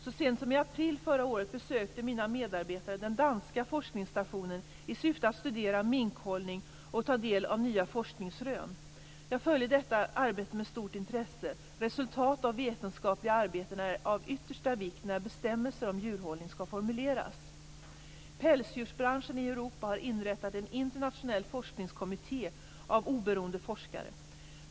Så sent som i april förra året besökte mina medarbetare den danska forskningsstationen i syfte att studera minkhållning och ta del av nya forskningsrön. Jag följer detta arbete med stort intresse. Resultat av vetenskapliga arbeten är av yttersta vikt när bestämmelser om djurhållning skall formuleras. Pälsdjursbranschen i Europa har inrättat en internationell forskningskommitté av oberoende forskare.